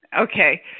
Okay